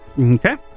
Okay